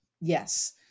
yes